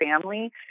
family